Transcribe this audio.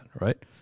right